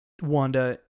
Wanda